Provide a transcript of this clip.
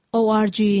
org